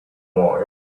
more